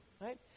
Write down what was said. Right